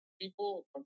people